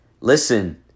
listen